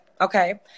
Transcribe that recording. okay